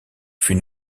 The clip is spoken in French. fut